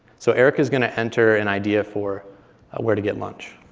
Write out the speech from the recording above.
so eric is going to enter an idea for where to get lunch.